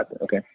Okay